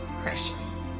Precious